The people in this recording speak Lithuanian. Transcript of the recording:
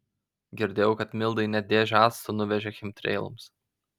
girdėjau kad mildai net dėžę acto nuvežė chemtreilams